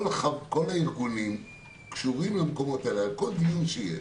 כל הארגונים קשורים למקומות האלה, לכל דיון שיש.